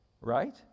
right